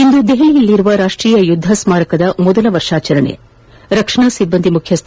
ಇಂದು ದೆಹಲಿಯಲ್ಲಿರುವ ರಾಷ್ಟೀಯ ಯುದ್ದ ಸ್ಮಾರಕದ ಮೊದಲ ವರ್ಷಾಚರಣೆ ರಕ್ಷಣಾ ಸಿಬ್ಬಂದಿ ಮುಖ್ಯಸ್ಲ